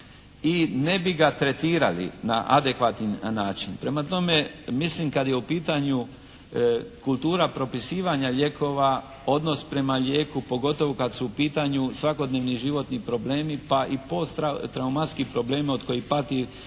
i ne bi ga tretirali na adekvatni način. Prema tome mislim kad je u pitanju kultura propisivanja lijekova, odnos prema lijeku pogotovo kad su u pitanju svakodnevni životni problemi pa i posttraumatski problemi od kojih pati većina